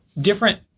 different